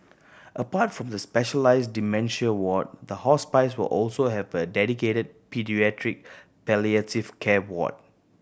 apart from the specialised dementia ward the hospice will also have a dedicated paediatric palliative care ward